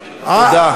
תודה.